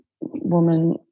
woman